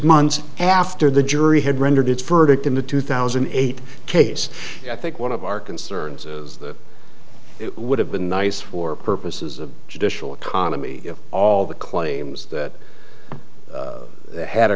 months after the jury had rendered its verdict in the two thousand and eight case i think one of our concerns is that it would have been nice for purposes of judicial economy if all the claims that had